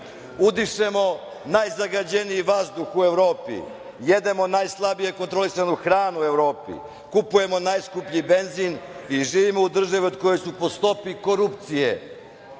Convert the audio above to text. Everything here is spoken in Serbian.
Srbije. Udišemo najzagađeniji vazduh u Evropi, jedemo najslabije kontrolisanu hranu u Evropi, kupujemo najskuplji benzin i živimo u državi od koje su po stopi korupcije